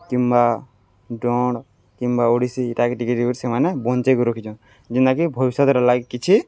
କିମ୍ବା ଡଣ୍ କିମ୍ବା ଓଡ଼ିଶୀ ଇଟାକି ଟିକେ ଟିକ କରି ସେମାନେ ବଞ୍ଚେଇକରି ରଖିଚନ୍ ଯେନ୍ତାକି ଭବିଷ୍ୟତର ଲାଗି କିଛି